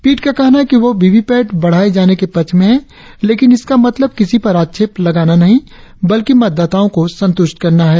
पीठ का कहना है कि वो वीवीपैठ बढ़ाए जाने के पक्ष में है लेकिन इसका मतलब किसी पर आक्षेप लगाना नही बल्कि मतदाताओं को सत्रंष्ट करना है